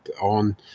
on